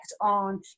on